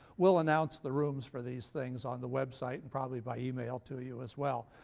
we'll announce the rooms for these things on the website and probably by email to you as well.